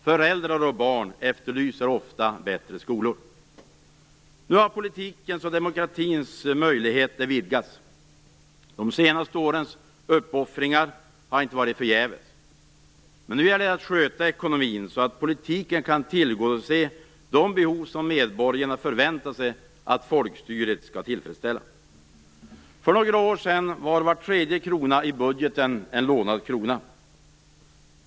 Föräldrar och barn efterlyser ofta bättre skolor. Nu har politikens och demokratins möjligheter vidgats. De senaste årens uppoffringar har inte varit förgäves. Men nu gäller det att sköta ekonomin så att politiken kan tillgodose de behov som medborgarna förväntar sig att folkstyret skall tillfredsställa. För några år sedan var var tredje krona i budgeten en lånad krona.